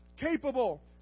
capable